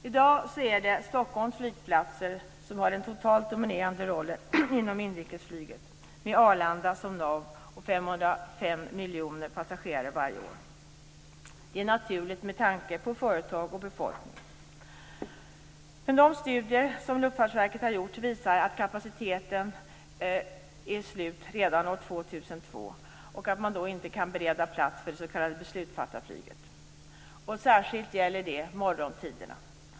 I dag är det Stockholms flygplatser som har den totalt dominerande rollen inom inrikesflyget med Arlanda som nav och med 5,5 miljoner passagerare varje år. Det är naturligt med tanke på företag och befolkning. I de studier som Luftfartsverket har gjort visas att kapaciteten är slut redan år 2002 och att man inte då kan bereda plats för det s.k. beslutsfattarflyget. Detta gäller särskilt morgontiderna.